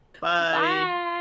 Bye